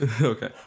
okay